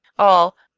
all,